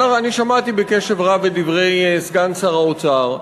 אני שמעתי בקשב רב את דברי סגן שר האוצר.